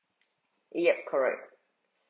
yup correct